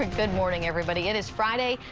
ah good morning, everybody. it is friday,